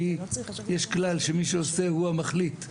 כי יש כלל שמי שעושה הוא המחליט.